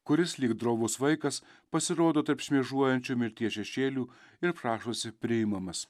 kuris lyg drovus vaikas pasirodo tarp šmėžuojančių mirties šešėlių ir prašosi priimamas